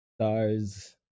Stars